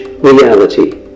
reality